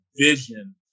vision